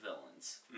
villains